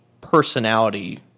personality